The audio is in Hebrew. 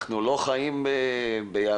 אנחנו לא חיים ביערות,